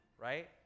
Right